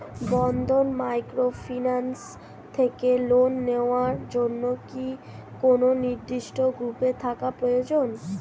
বন্ধন microfinance থেকে loan নেওয়ার জন্য কি কোন নির্দিষ্ট গ্রুপে থাকা প্রয়োজন?